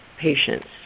patients